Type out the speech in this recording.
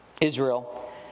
Israel